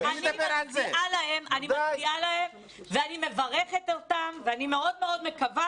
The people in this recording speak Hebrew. אני מצדיעה להם מברכת אותם ומאוד מקווה